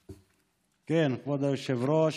כן, כבוד היושב-ראש,